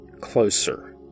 closer